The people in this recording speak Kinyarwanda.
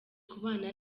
kubana